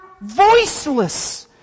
voiceless